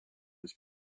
des